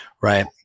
right